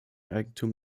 eigentum